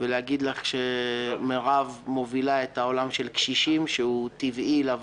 זו ועדה מאוד חשובה גם בגלל הנושאים שנדונים